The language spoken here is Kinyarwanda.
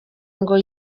ngo